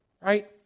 right